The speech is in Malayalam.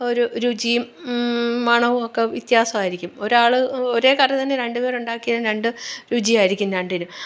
ഒരു രുചിയും മണവും ഒക്കെ വ്യത്യാസമായിരിക്കും ഒരാൾ ഒരേ കറി തന്നെ രണ്ടുപേരുണ്ടാക്കിയ രണ്ട് രുചിയായിരിക്കും രണ്ടിനും